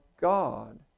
God